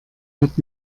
hat